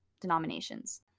denominations